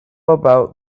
about